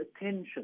attention